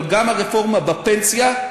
אבל גם הרפורמה בפנסיה,